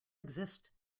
exist